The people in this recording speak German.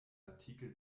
artikel